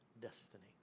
destiny